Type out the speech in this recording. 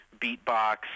beatbox